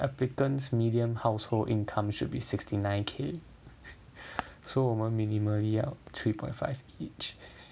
applicants median household income should be sixty nine K so 我们 minimally 要 three point five each